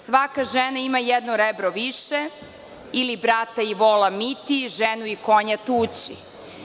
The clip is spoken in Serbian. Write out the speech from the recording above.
Svaka žena ima jedno rebro više ili brata i vola miti, ženu i konja tući.